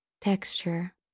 texture